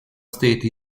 state